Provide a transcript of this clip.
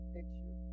Picture